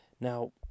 now